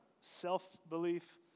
self-belief